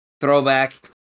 throwback